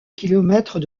kilomètres